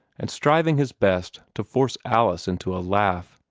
and striving his best to force alice into a laugh.